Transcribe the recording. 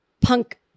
Punk